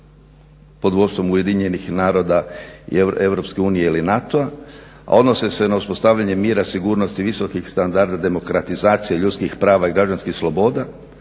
pod vodstvom UN-a i EU ili NATO-a, a odnose se na uspostavljanje mira, sigurnosti, visokih standarda demokratizacije ljudskih prava i građanskih sloboda